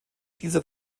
dieser